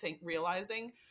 realizing